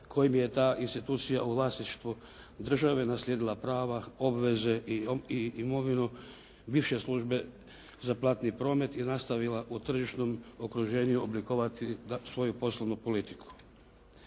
kojim je ta institucija u vlasništvu države naslijedila prava, obveze i imovinu bivše službe za platni promet i nastavila u tržišnom okruženju oblikovati svoju poslovnu politiku.